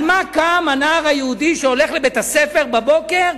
לְמה קם הנער היהודי שהולך לבית-הספר בבוקר?